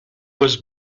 was